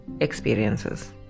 experiences